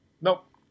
Nope